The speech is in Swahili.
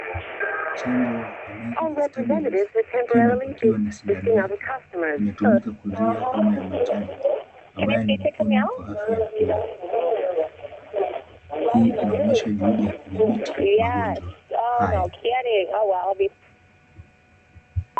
Chanjo ya Amaryllis stabilis ikiwa imepakiwa na sindano yake, inatumika kuzuia homa ya manjano ambayo ni ugonjwa kwa afya ya kinywa. Hii inaonyesha juhudi ya kudhibiti magonjwa haya.